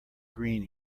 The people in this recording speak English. green